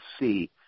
see